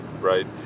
right